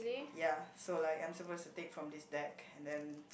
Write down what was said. ya so like I'm supposed to take from this deck and then